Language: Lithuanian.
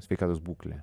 sveikatos būklė